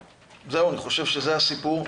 זהו, אני חושב שזה הסיפור.